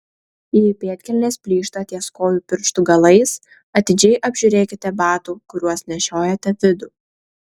jei pėdkelnės plyšta ties kojų pirštų galais atidžiai apžiūrėkite batų kuriuos nešiojate vidų